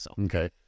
okay